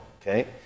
Okay